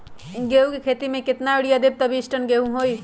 गेंहू क खेती म केतना यूरिया देब त बिस टन गेहूं होई?